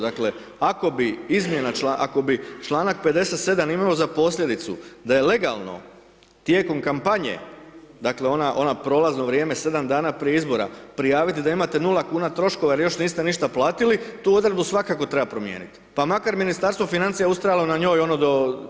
Dakle ako bi izmjena članka, ako bi članak 57. imao za posljedicu da je legalno tijekom kampanje, dakle ono prolazno vrijeme 7 dana prije izbora prijaviti da imate 0 kuna troškova jer još niste ništa platili tu odredbu svakako treba promijeniti pa makar Ministarstvo financija ustrajalo na njoj ono do.